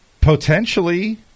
potentially